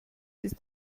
ist